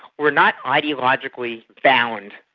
were not ideologically bound.